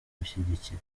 gushyigikira